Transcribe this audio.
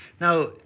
Now